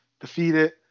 defeated